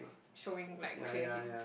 showing like clear hints